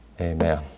Amen